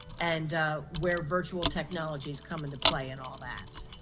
and where virtual technologies come into play and all that.